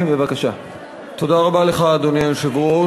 תעשה את זה מהר.